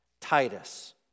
Titus